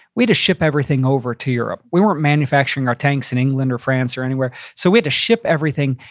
we had to ship everything over to europe. we weren't manufacturing our tanks in england or france or anywhere, so we had to ship everything.